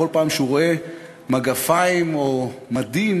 בכל פעם שהוא רואה מגפיים או מדים,